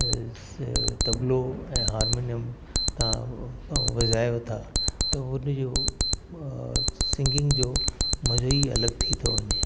तबलो ऐं हारमोनियम तव्हां वॼायो था त हुन जो सिंगिंग जो मज़ो ई अलॻि थी थो वञे